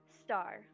Star